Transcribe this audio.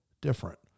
different